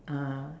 uh